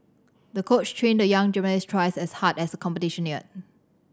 the coach trained the young gymnast twice as hard as the competition neared